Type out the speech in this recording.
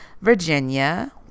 Virginia